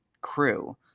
crew